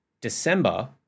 December